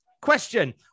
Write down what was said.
Question